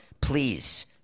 please